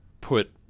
put